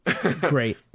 Great